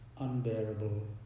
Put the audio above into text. unbearable